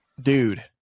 Dude